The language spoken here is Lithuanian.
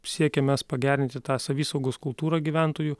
siekiam mes pagerinti tą savisaugos kultūrą gyventojų